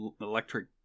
electric